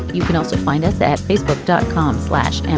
you can also find us at facebook dot com slash. and